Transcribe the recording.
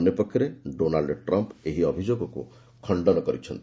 ଅନ୍ୟପକ୍ଷରେ Donald Trump ଏହି ଅଭିଯୋଗକୁ ଖଣ୍ଟନ କରିଛନ୍ତି